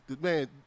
man